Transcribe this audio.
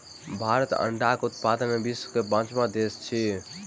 भारत अंडाक उत्पादन मे विश्वक पाँचम देश अछि